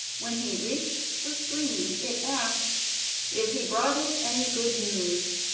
when he reached the stream it asked if he brought it any good news.